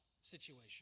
situation